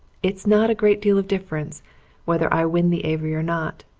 it's not a great deal of difference whether i win the avery or not.